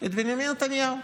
את בנימין נתניהו.